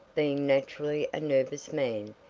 being naturally a nervous man,